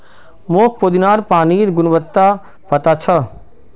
मोक पुदीनार पानिर गुणवत्ता पता छ